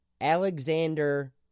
Alexander